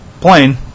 plane